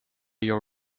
your